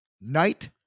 Night